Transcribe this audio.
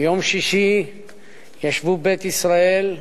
ביום שישי ישבו בית ישראל,